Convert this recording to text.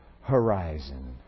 horizon